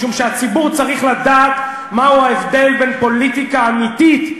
משום שהציבור צריך לדעת מהו ההבדל בין פוליטיקה אמיתית,